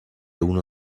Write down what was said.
uno